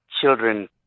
children